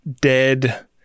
dead